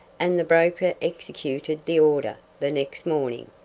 and the broker executed the order the next morning.